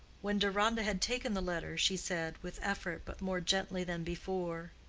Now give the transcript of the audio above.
when deronda had taken the letter, she said, with effort but more gently than before,